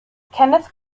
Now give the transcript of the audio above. kenneth